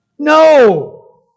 No